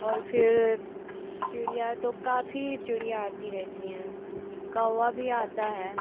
और फिर चिड़िया तो काफी चिड़िया आती रहती हैं कौआ भी आता है